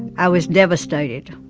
i was devastated.